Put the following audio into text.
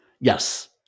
Yes